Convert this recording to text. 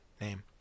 name